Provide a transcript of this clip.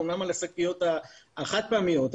אומנם על השקיות החד פעמיות,